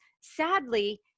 sadly